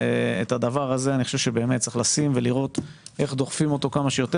את הדבר הזה אני חושב שצריך לראות איך דוחפים כמה שיותר.